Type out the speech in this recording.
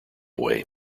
way